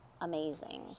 amazing